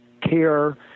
care